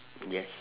yes